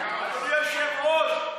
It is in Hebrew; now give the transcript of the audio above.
ואדוני היושב-ראש,